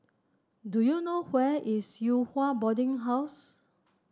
do you know where is Yew Hua Boarding House